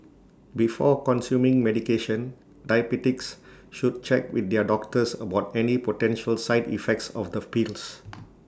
before consuming medication diabetics should check with their doctors about any potential side effects of the pills